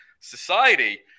society